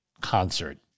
concert